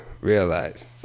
realize